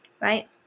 right